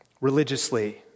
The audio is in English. religiously